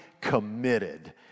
committed